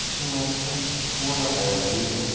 یُتھُے منٛزٕ کیٚنٛہہ تھوڑا ٹایِم بیٚیہِ گوٚو